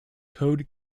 code